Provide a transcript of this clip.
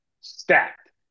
stacked